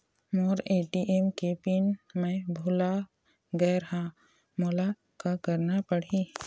मोर ATM के pin मैं भुला गैर ह, मोला का करना पढ़ही?